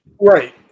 Right